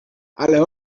ale